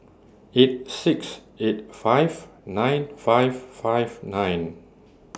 eight six eight five nine five five nine